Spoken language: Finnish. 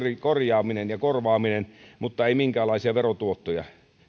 korjaaminen ja korvaaminen mutta ei minkäänlaisia verotuottoja